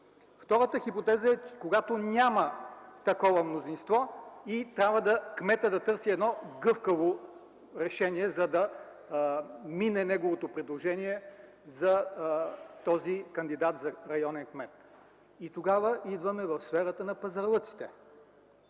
Втората хипотеза е, когато няма такова мнозинство и кметът трябва да търси едно гъвкаво решение, за да мине неговото предложение за този кандидат за районен кмет. Тогава идваме в сферата на пазарлъците.